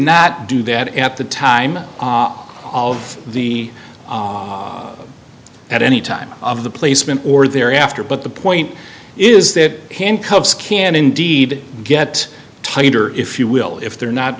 not do that at the time of the at any time of the placement or thereafter but the point is that handcuffs can indeed get tighter if you will if they're not